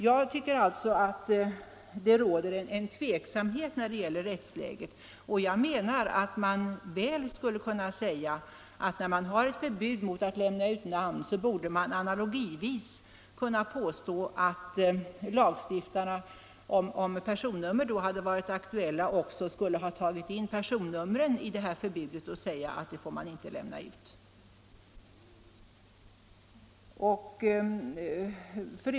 Jag tycker alltså att det råder en viss tveksamhet rörande rättsläget i detta fall, och jag menar att när vi nu har ett förbud mot att lämna ut namn borde man analogivis kunna påstå att lagstiftarna skulle ha tagit med också personnumren i förbudet om de hade varit aktuella när lagen kom till och att lagstiftarna då hade sagt att man inte får lämna ut personnummer.